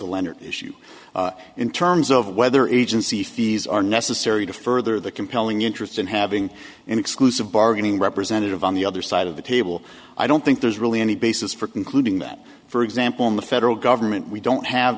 lender issue in terms of whether agency fees are necessary to further the compelling interest in having an exclusive bargaining representative on the other side of the table i don't think there's really any basis for concluding that for example in the federal government we don't have